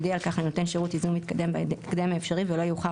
יודיע על כך לנותן שירות ייזום מתקדם בהקדם האפשרי ולא יאוחר